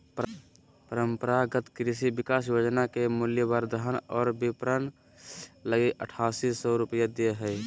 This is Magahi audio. परम्परागत कृषि विकास योजना के मूल्यवर्धन और विपरण लगी आठासी सौ रूपया दे हइ